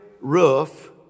roof